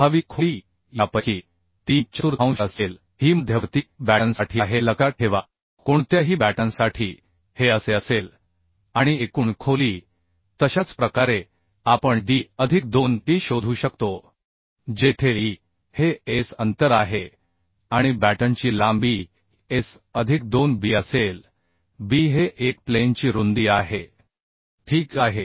प्रभावी खोली यापैकी तीन चतुर्थांश असेल ही मध्यवर्ती बॅटनसाठी आहे लक्षात ठेवा कोणत्याही बॅटनसाठी हे असे असेल आणि एकूण खोली तशाच प्रकारे आपण डी अधिक 2 ई शोधू शकतो जेथे E हे S अंतर आहे आणि बॅटनची लांबी S अधिक 2 B असेल B हे एक प्लेनची रुंदी आहे ठीक आहे